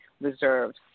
reserved